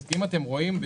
אם אתם רואים,